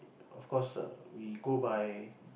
of course err we go by